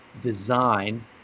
design